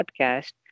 podcast